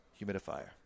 humidifier